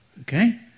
Okay